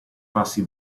passi